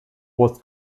was